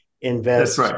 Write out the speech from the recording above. invest